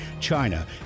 China